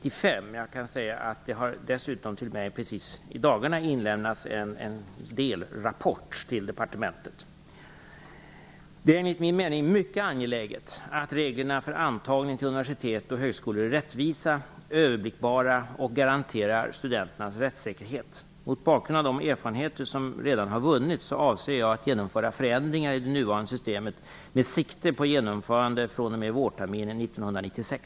I dagarna har det dessutom inlämnats en delrapport till mig på departementet. Det är enligt min mening mycket angeläget att reglerna för antagning till universitet och högskolor är rättvisa, överblickbara och garanterar studenternas rättssäkerhet. Mot bakgrund av de erfarenheter som redan har vunnits avser jag att genomföra förändringar i det nuvarande systemet med sikte på genomförande fr.o.m. vårterminen 1996.